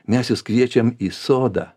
mes jus kviečiam į sodą